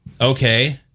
Okay